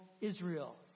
Israel